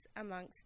amongst